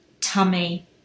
tummy